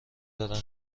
دارم